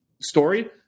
story